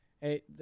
Hey